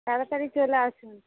তেরো তারিখ চলে আসুন